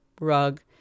rug